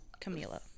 Camila